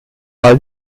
all